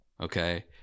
Okay